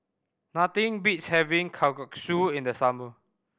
nothing beats having Kalguksu in the summer